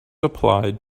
applied